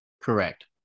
Correct